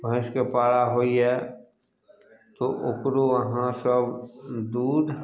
भैंसके पारा होइए तऽ ओकरो अहाँ सभ दूध